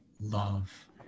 love